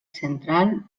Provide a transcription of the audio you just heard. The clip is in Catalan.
central